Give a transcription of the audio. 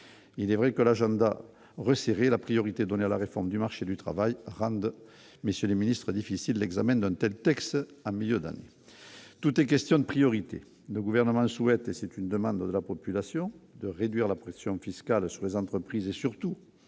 il est vrai que l'agenda resserré la priorité donnée à la réforme du marché du travail rendent messieurs les Ministres difficile examen tels texte à Millau d'année tout est question de priorité, le gouvernement souhaite c'est une demande de la population de réduire la pression fiscale sur les entreprises et surtout,